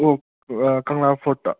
ꯑꯣ ꯀꯪꯂꯥ ꯐꯣꯔꯠꯇ